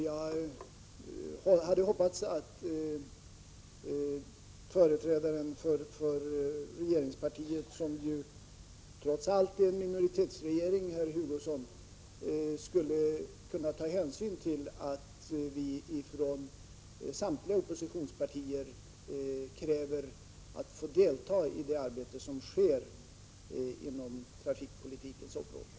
Jag hade hoppats att företrädaren för regeringspartiet — regeringen är trots allt en minoritetsregering, herr Hugosson! — skulle kunna ta hänsyn till att samtliga oppositionspartier kräver att få delta i det arbete som sker på trafikpolitikens område.